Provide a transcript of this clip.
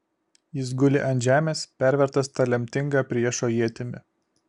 jis guli ant žemės pervertas ta lemtinga priešo ietimi